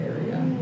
area